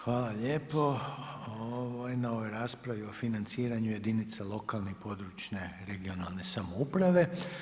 Hvala lijepo na ovoj raspravi o financiranju jedinica lokalne i područne (regionalne) samouprave.